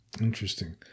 Interesting